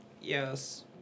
Yes